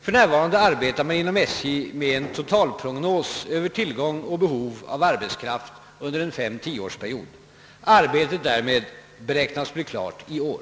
För närvarande arbetar man inom SJ med en totalprognos över tillgång och behov av arbetskraft under en 53 å 10-årsperiod. Arbetet härmed beräknas bli klart i år.